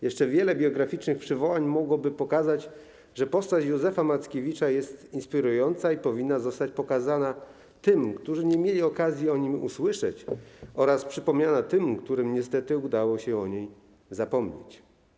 Jeszcze wiele biograficznych przywołań mogłoby pokazać, że postać Józefa Mackiewicza jest inspirująca i powinna zostać pokazana tym, którzy nie mieli okazji o nim usłyszeć, oraz przypomniana tym, którym niestety udało się o niej zapomnieć.